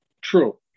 true